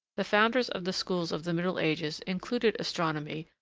the founders of the schools of the middle ages included astronomy,